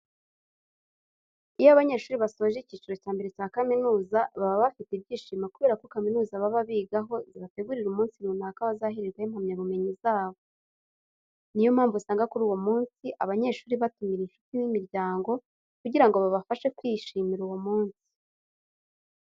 Iyo abanyeshuri basoje icyiciro cya mbere cya kaminuza baba bafite ibyishimo kubera ko kaminuza baba bigaho zibategurira umunsi runaka bazahererwaho impamyabumenyi zabo. Niyo mpamvu usanga kuri uwo munsi, abanyeshuri batumira inshuti n'imiryango kugira ngo babafashe kwishimira uwo munsi.